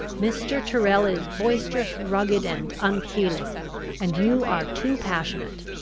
mr. tyrrel is boisterous, rugged, and unfeeling and you are too passionate,